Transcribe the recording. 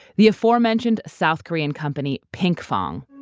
the aforementioned south korean company, pinkfong